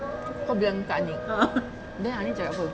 kau bilang kat aniq then aniq cakap apa